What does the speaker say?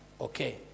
okay